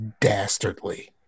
dastardly